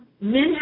men